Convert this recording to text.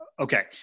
Okay